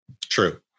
True